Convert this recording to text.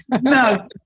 No